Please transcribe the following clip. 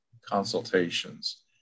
consultations